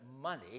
money